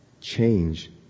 Change